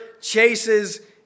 chases